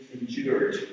endured